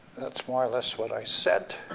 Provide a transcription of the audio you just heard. that's more or less what i said.